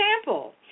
example